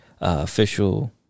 official